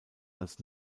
als